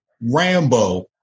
Rambo